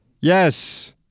Yes